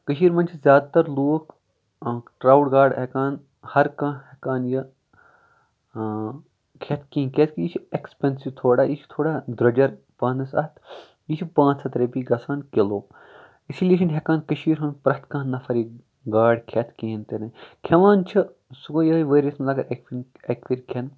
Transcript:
کٔشیٖر منٛز چھِ زیادٕ تر لوٗکھ ٹراوُٹ گاڈٕ ہٮ۪کان ہر کانہہ ہٮ۪کان یہِ کھٮ۪تھ کیٚنٛہہ کیازِ کہِ یہِ چھِ اٮ۪کٔسپینسو تھوڑا یہِ چھُ تھوڑا دروٚجر پَہمتھ اَتھ یہِ چھُ پانٛژھ ہَتھ رۄپییہِ گژھان کِلو یہِ اِسی لیے چھُنہٕ ہٮ۪کان کٔشیٖر ہُند پرٮ۪تھ کانہہ نَفر یہِ گاڈٕ کھٮ۪تھ کِہینۍ تہِ نہٕ کھٮ۪وان چھِ سُہ گوٚو یِہوے ؤریَس منٛز اگر اَکہِ پھِرۍ کھٮ۪ن